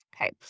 Okay